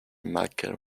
michael